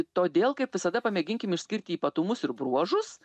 todėl kaip visada pamėginkim išskirti ypatumus ir bruožus